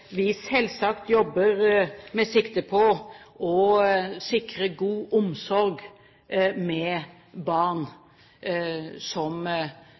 vi selvsagt jobber med sikte på å sikre god omsorg for barn som